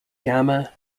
gamma